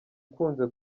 ukunze